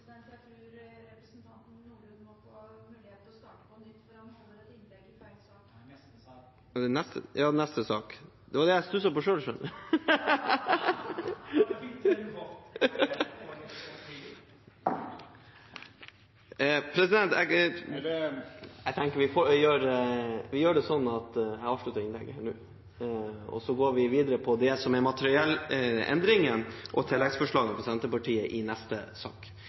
Jeg tror representanten Nordlund må få mulighet til å starte på nytt, for han holder innlegg til feil sak. Er det neste sak? Det var det jeg stusset på selv. Vi gjør det sånn at jeg avslutter dette innlegget nå, og så går vi videre til den materielle endringen og tilleggsforslagene til Senterpartiet i neste sak.